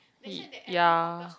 ya